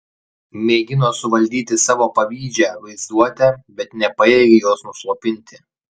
mėgino suvaldyti savo pavydžią vaizduotę bet nepajėgė jos nuslopinti